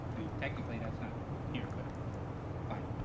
technically that's not here, but fine.